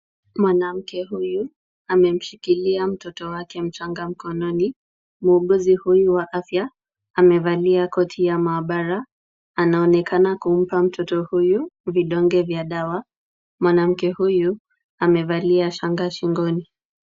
Mwanamke huyu amemshikilia mtoto wake mchanga mkononi. Muuguzi huyu wa afya amevalia koti ya maabara. Anaonekana kumpa mtoto huyu vidonge vya dawa. Mwanamke huyu amevalia shanga shingoni.